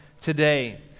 today